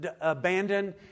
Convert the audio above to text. abandoned